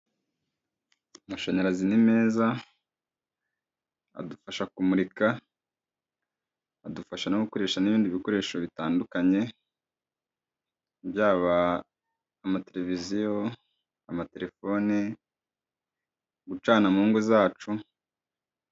Amashanyarazi ni meza adufasha kumurika, adufasha no gukoresha n'ibindi bikoresho bitandukanye byaba amateleviziyo, amatelefone, gucana mu ngo zacu.